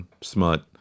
smut